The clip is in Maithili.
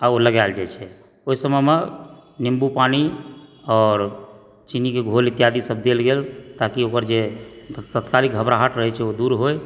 आ ओ लगाएल जाइत छै ओहि समयमे नींबू पानी आओर चीनी कऽ घोल इत्यादि सब देल गेल ताकि ओकर जे तात्कालिक घबराहट रहए छै से दूर होए